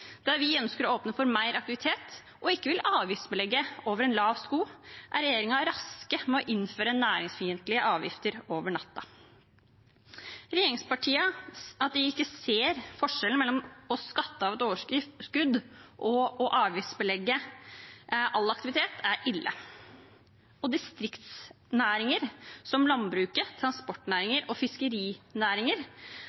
Der vi ønsker å åpne for mer aktivitet og ikke avgiftsbelegge over en lav sko, er regjeringen rask med å innføre næringsfiendtlige avgifter over natta. At regjeringspartiene ikke ser forskjellen på å skatte av et overskudd og å avgiftsbelegge all aktivitet, er ille. Regjeringen har i denne perioden gitt distriktsnæringer, som landbruket,